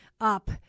up